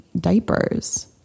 diapers